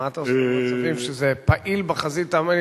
מה אתה עושה במצבים שזה פעיל ב"חזית העממית"?